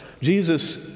Jesus